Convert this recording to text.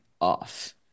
off